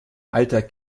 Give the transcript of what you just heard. alter